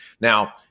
Now